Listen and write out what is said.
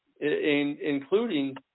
including